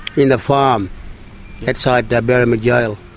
in the farm outside the berrimah jail.